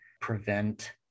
prevent